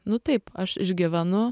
nu taip aš išgyvenu